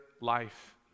life